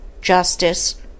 justice